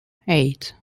eight